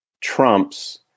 trumps